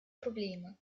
probleme